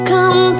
Come